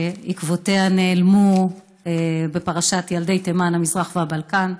שעקבותיה נעלמו בפרשת ילדי תימן, המזרח והבלקן.